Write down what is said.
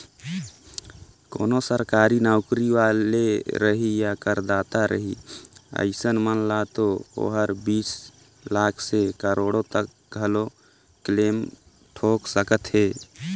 कोनो सरकारी नौकरी वाले रही या करदाता रही अइसन मन ल तो ओहर बीस लाख से करोड़ो तक घलो क्लेम ठोक सकत हे